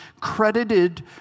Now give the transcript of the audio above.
credited